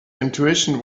intuition